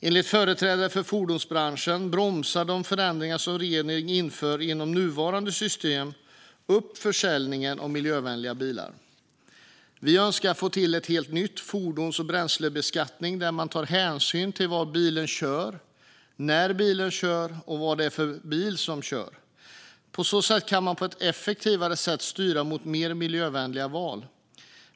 Enligt företrädare för fordonsbranschen bromsar de förändringar som regeringen inför inom nuvarande system upp försäljningen av miljövänliga bilar. Vi önskar få till en helt ny fordons och bränslebeskattning, där man tar hänsyn till var bilen körs, när bilen körs och vad det är för bil som körs. På så sätt kan man på ett effektivare sätt styra mot mer miljövänliga val.